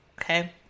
Okay